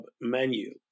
menu